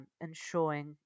ensuring